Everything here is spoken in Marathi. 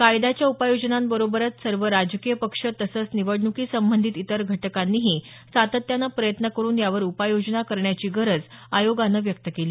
कायद्याच्या उपाययोजनांबरोबरच सर्व राजकीय पक्ष तसंच निवडण्कीसंबंधित इतर घटकांनीही सातत्यानं प्रयत्न करुन यावर उपाययोजना करण्याची गरज आयोगानं व्यक्त केली